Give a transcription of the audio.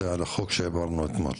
הוא על החוק שהעברנו אתמול.